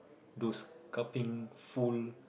those cupping full